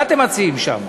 מה אתם מציעים שם?